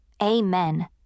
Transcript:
Amen